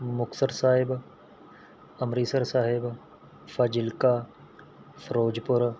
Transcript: Muktsar Sahib Amritsar Sahib Fazilka Firozpur